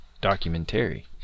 documentary